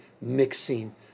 mixing